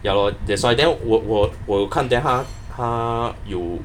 ya lor that's why then 我我我有看 then 他他有